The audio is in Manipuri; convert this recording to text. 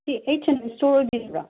ꯑꯩꯆ ꯑꯦꯟ ꯁ꯭ꯇꯣꯔ ꯑꯣꯏꯕꯤꯔꯕ꯭ꯔꯥ